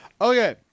Okay